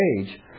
age